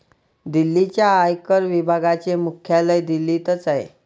दिल्लीच्या आयकर विभागाचे मुख्यालय दिल्लीतच आहे